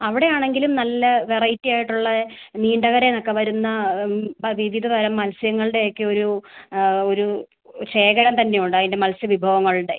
അവിടെ ആണെങ്കിലും നല്ല വെറൈറ്റി ആയിട്ടുള്ളെ നീണ്ടകരയിൽ നിന്ന് ഒക്കെ വരുന്ന ആ വിവിധ തരം മത്സ്യങ്ങളുടെ ഒക്കെ ഒരു ഒരു ശേഖരം തന്നെ ഉണ്ട് അതിൻ്റെ മത്സ്യ വിഭവങ്ങളുടെ